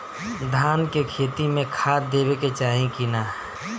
धान के खेती मे खाद देवे के चाही कि ना?